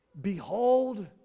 Behold